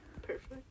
perfect